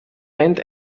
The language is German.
rennt